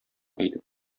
әйтеп